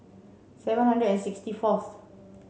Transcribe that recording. seven hundred and sixty fourth